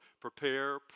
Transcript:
prepare